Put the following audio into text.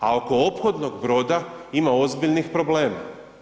A oko ophodnog broda ima ozbiljnih problema.